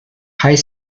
high